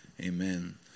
Amen